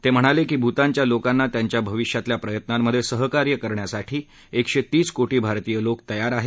ते म्हणाले की भूतानच्या लोकांना त्यांच्या भविष्यातल्या प्रयत्नांमधे सहकार्य करण्यासाठी एकशे तीस कोटी भारतीय लोक तयार आहेत